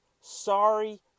sorry